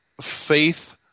faith